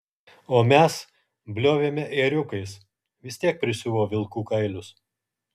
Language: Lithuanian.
o mes bliovėme ėriukais vis tiek prisiuvo vilkų kailius